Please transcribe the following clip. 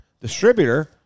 distributor